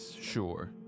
sure